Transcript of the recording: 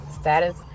status